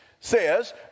says